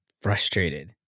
frustrated